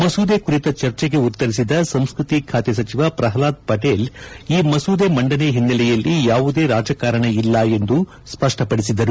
ಮಸೂದೆ ಕುರಿತ ಚರ್ಚೆಗೆ ಉತ್ತರಿಸಿದ ಸಂಸ್ಕತಿ ಖಾತೆ ಸಚಿವ ಪ್ರಪ್ಲಾದ್ ಪಟೇಲ್ ಈ ಮಸೂದೆ ಮಂಡನೆ ಓನ್ನೆಲೆಯಲ್ಲಿ ಯಾವುದೇ ರಾಜಕಾರಣ ಇಲ್ಲ ಎಂದು ಸ್ಪಷ್ಟಪಡಿಸಿದರು